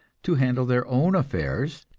to handle their own affairs,